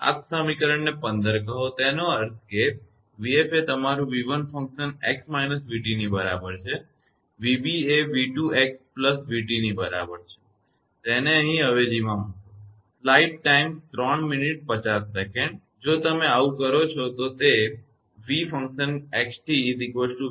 તો આ સમીકરણ ને 15 કહો તેનો અર્થ એ કે 𝑣𝑓 એ તમારુ 𝑣1𝑥−𝑣𝑡 ની બરાબર છે અને 𝑣𝑏 એ 𝑣2𝑥𝑣𝑡 ની બરાબર છે તેને અહીં અવેજીમાં મૂકો જો તમે આવું કરો છો તો તે 𝑣𝑥𝑡 𝑣1𝑥−𝑣𝑡 𝑣2𝑥𝑣𝑡 છે